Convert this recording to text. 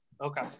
Okay